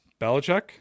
Belichick